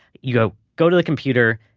you go go to the computer,